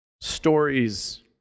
Stories